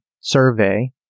survey